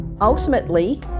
Ultimately